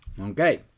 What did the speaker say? Okay